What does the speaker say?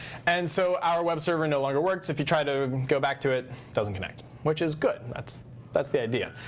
and so our web server no longer works. if you try to go back to it, doesn't connect. which is good. and that's that's the idea.